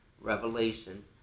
revelation